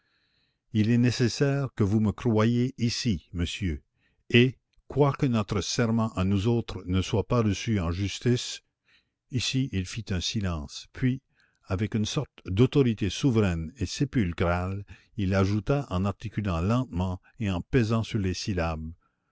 il est nécessaire que vous me croyiez ici monsieur et quoique notre serment à nous autres ne soit pas reçu en justice ici il fit un silence puis avec une sorte d'autorité souveraine et sépulcrale il ajouta en articulant lentement et en pesant sur les syllabes